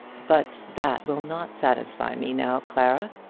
but that will not satisfy me now, clara.